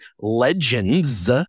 legends